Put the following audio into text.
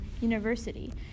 University